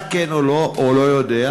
רק כן או לא או לא יודע.